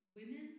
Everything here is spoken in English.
women